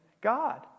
God